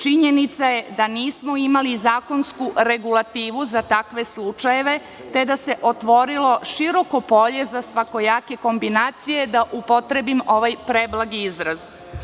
Činjenica je da nismo imali zakonsku regulativu za takve slučajeve, te da se otvoriloširoko polje za svakojake kombinacije, da upotrebim ovaj preblagi izraz.